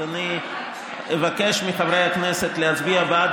אז אני אבקש מחברי הכנסת להצביע בעד